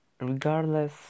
Regardless